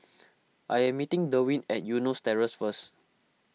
I am meeting Derwin at Eunos Terrace first